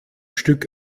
stück